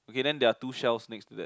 okay then there are two shells next to that